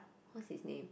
what his name